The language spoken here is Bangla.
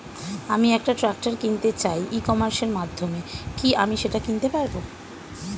আমি একটা ট্রাক্টর কিনতে চাই ই কমার্সের মাধ্যমে কি আমি সেটা কিনতে পারব?